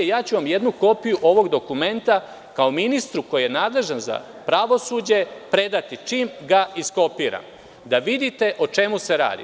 Jednu kopiju ovog dokumenta ću vam, kao ministru koji je nadležan za pravosuđe, predati čim ga iskopiram, pa da vidite o čemu se radi.